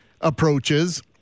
approaches